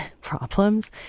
problems